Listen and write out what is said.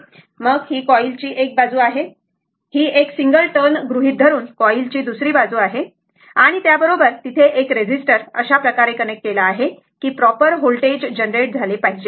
मग ही कॉईलची एक बाजू आहे ही एक सिंगल टर्न गृहीत धरून कॉईलची दुसरी बाजू आहे बरोबर आणि त्या बरोबर तिथे एक रेझिस्टर अशा प्रकारे कनेक्ट केला आहे की प्रॉपर व्होल्टेज जनरेट झाले पाहिजे